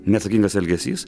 neatsakingas elgesys